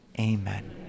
Amen